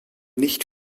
nicht